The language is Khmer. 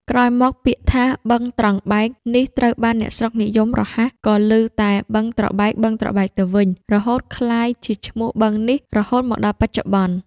ក្រោយមក ពាក្យថា "បឹងត្រង់បែក" នេះត្រូវបានអ្នកស្រុកនិយាយរហ័ស ក៏ឮតែ "បឹងត្របែក"ៗ ទៅវិញ រហូតក្លាយជាឈ្មោះបឹងនេះរហូតមកដល់បច្ចុប្បន្ន។